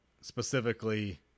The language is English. specifically